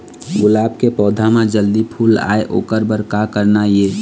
गुलाब के पौधा म जल्दी फूल आय ओकर बर का करना ये?